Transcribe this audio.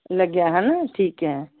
ਲੱਗਿਆ ਹੈ ਨਾ ਠੀਕ ਹੈ